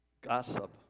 gossip